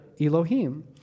Elohim